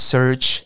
Search